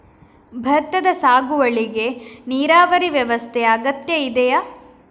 ಭತ್ತದ ಸಾಗುವಳಿಗೆ ನೀರಾವರಿ ವ್ಯವಸ್ಥೆ ಅಗತ್ಯ ಇದೆಯಾ?